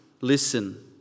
listen